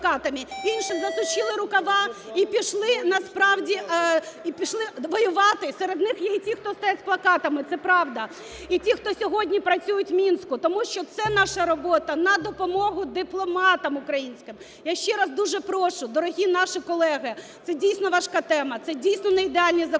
пішли насправді… і пішли воювати, серед них є і ті, які стоять з плакатами – це правда. І ті, хто сьогодні працюють в Мінську. Тому що це наша робота на допомогу дипломатам українським. Я ще раз дуже прошу, дорогі наші колеги, це дійсно важка тема, це дійсно не ідеальні закони,